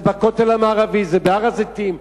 זה בכותל המערבי, זה בהר-הזיתים.